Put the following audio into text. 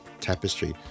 tapestry